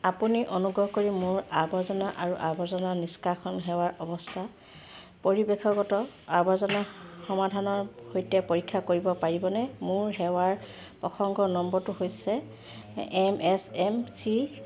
আপুনি অনুগ্ৰহ কৰি মোৰ আৱৰ্জনা আৰু আৱৰ্জনা নিষ্কাশন সেৱাৰ অৱস্থা পৰিৱেশগত আৱৰ্জনা সমাধানৰ সৈতে পৰীক্ষা কৰিব পাৰিবনে মোৰ সেৱাৰ প্ৰসংগ নম্বৰটো হৈছে এম এছ এম চি